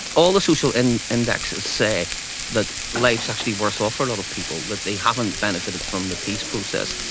all the social and indexes say that life is actually worse off for a lot of people, that they haven't benefited from the peace process.